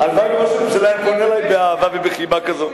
הלוואי שראש הממשלה היה פונה אלי באהבה ובחיבה כזאת.